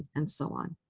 and so on.